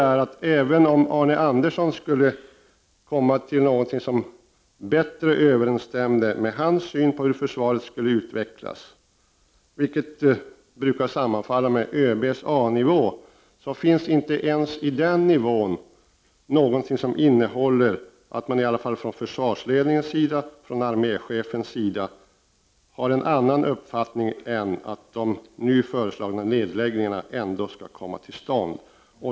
Även om Arne Andersson skulle komma fram till något som bättre överensstämmer med hans syn på hur försvaret skall utvecklas, vilket brukar sammanfalla med ÖB:s A-nivå, vill jag peka på att man inte ens på den nivån ger uttryck för någon annan uppfattning från vare sig försvarsledningens eller arméchefens sida än att de nu föreslagna nedläggningarna ändå skall komma till stånd.